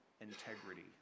integrity